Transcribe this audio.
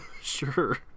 Sure